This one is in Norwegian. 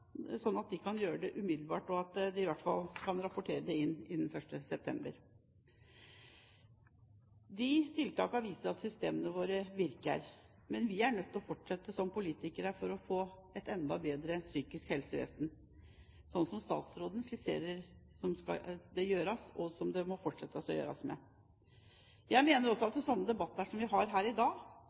at de kan gjøre det umiddelbart, og slik at de i hvert fall kan rapportere det inn innen 1. september. De tiltakene viser at systemene våre virker. Men vi som politikere er nødt til å fortsette å arbeide for å få et enda bedre psykisk helsevesen, slik som statsråden skisserer at det skal gjøres. Jeg mener også at det er nødvendig med slike debatter som vi har her i dag,